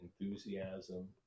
enthusiasm